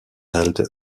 held